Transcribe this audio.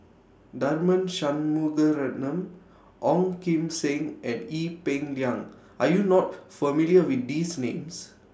Tharman Shanmugaratnam Ong Kim Seng and Ee Peng Liang Are YOU not familiar with These Names